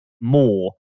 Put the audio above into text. more